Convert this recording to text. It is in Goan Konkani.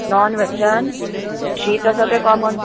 नोनवेजान शीत आसा तें कॉमन